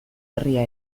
herria